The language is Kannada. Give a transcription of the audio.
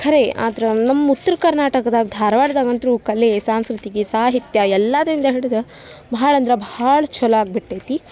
ಖರೆ ಆದ್ರೆ ನಮ್ಮ ಉತ್ರ ಕರ್ನಾಟಕದಾಗ ಧಾರ್ವಾಡದಾಗಂತೂ ಕಲೆ ಸಾಂಸ್ಕೃತಿಗೆ ಸಾಹಿತ್ಯ ಎಲ್ಲದಿಂದ ಹಿಡದು ಬಹಳ ಅಂದ್ರೆ ಭಾಳ ಛಲೊ ಆಗಿಬಿಟ್ಟೈತಿ